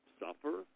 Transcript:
suffer